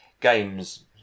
games